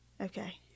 Okay